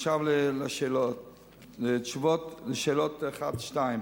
עכשיו לתשובות על שאלות 1 ו-2.